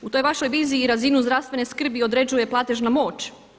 U toj vašoj viziji i razinu zdravstvene skrbi određuje platežna moć.